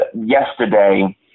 yesterday